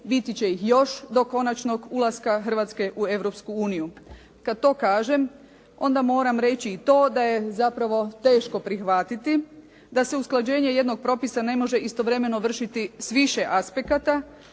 biti će ih još do konačnog ulaska Hrvatske u Europsku uniju. Kada to kažem, onda moram reći i to da je zapravo teško prihvatiti da se usklađenje jednog propisa ne može istovremeno vršiti s više aspekata,